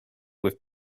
with